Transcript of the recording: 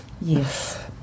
Yes